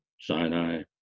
Sinai